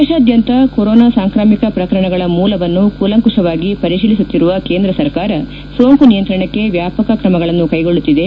ದೇಶಾದ್ದಂತ ಕೊರೊನಾ ಸಾಂಕ್ರಾಮಿಕ ಪ್ರಕರಣಗಳ ಮೂಲವನ್ನು ಕೂಲಂಕಷವಾಗಿ ಪರಿಶೀಲಿಸುತ್ತಿರುವ ಕೇಂದ್ರ ಸರ್ಕಾರ ಸೋಂಕು ನಿಯಂತ್ರಣಕ್ಕೆ ವ್ಯಾಪಕ ಕ್ರಮಗಳನ್ನು ಕೈಗೊಳ್ಳುತ್ತಿದೆ